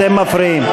אתם מפריעים.